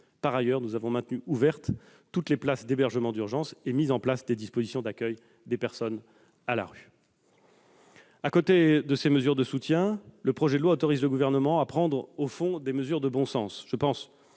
Par ailleurs, nous avons maintenu ouvertes toutes les places d'hébergement d'urgence et mis en place des dispositifs d'accueil des personnes à la rue. À côté de ces mesures de soutien, le projet de loi vise à autoriser le Gouvernement à prendre des dispositions de bon sens.